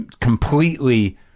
completely